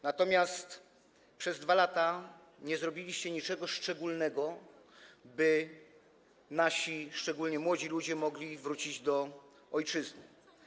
Natomiast przez 2 lata nie zrobiliście niczego szczególnego, by nasi, szczególnie młodzi, ludzie mogli wrócić do ojczyzny.